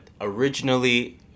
originally